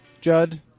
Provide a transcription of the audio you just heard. Judd